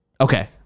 okay